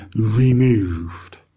removed